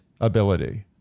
ability